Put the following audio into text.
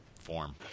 form